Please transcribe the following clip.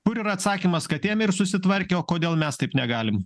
kur yra atsakymas kad ėmė ir susitvarkė o kodėl mes taip negalim